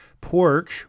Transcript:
Pork